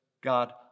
God